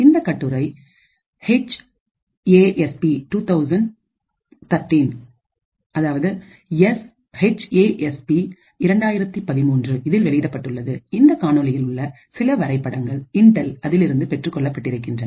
இந்த கட்டுரை H A S P 2013 இதில் வெளியிடப்பட்டுள்ளது இந்த காணொளியில் உள்ள சில வரைபடங்கள் இன்டெல் அதிலிருந்து பெற்றுக் கொள்ளப்பட்டிருக்கின்றன